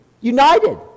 united